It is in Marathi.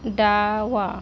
डावा